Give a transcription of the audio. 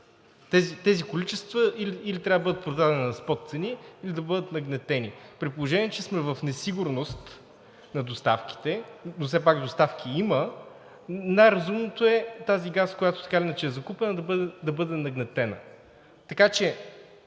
Тези количества или трябва да бъдат продадени на спот цени, или да бъдат нагнетени. При положение че сме в несигурност на доставките, но все пак доставки има, най-разумното е този газ, който така или иначе е закупен, да бъде нагнетен. Така че